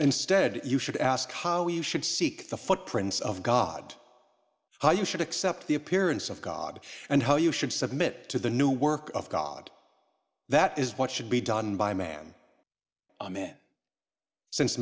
instead you should ask how you should seek the footprints of god how you should accept the appearance of god and how you should submit to the new work of god that is what should be done by man a man since